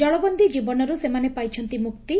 ଜଳବନ୍ଦୀ ଜୀବନରୁ ସେମାନେ ପାଇଛନ୍ତି ମୁକ୍ତି